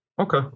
okay